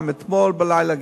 גם אתמול בלילה,